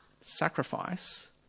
sacrifice